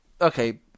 Okay